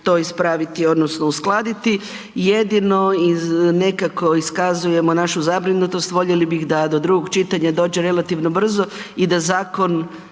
to ispraviti odnosno uskladiti. Jedino nekako iskazujemo našu zabrinutost, voljeli bih da do drugog čitanja dođe relativno brzo i da zakon